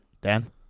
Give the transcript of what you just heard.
Dan